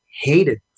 hated